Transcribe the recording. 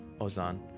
Ozan